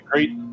Great